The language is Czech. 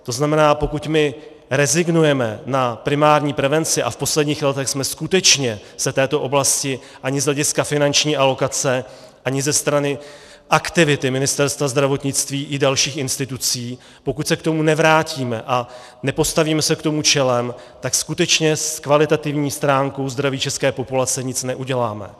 To znamená, pokud rezignujeme na primární prevenci, a v posledních věcech jsme se skutečně této oblasti ani z hlediska finanční alokace, ani ze strany aktivity Ministerstva zdravotnictví i dalších institucí, pokud se k tomu nevrátíme a nepostavíme se tomu čelem, tak skutečně s kvalitativní stránkou zdraví české populace nic neuděláme.